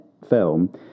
Film